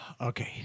Okay